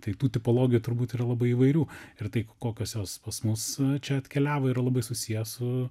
tai tų tipologijų turbūt yra labai įvairių ir tai kokios jos pas mus čia atkeliavo yra labai susiję su